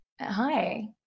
hi